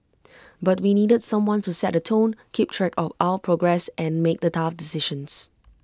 but we needed someone to set the tone keep track of our progress and make the tough decisions